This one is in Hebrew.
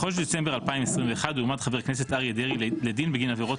בחודש דצמבר 2021 הועמד חבר הכנסת אריה דרעי לדין בגין עבירות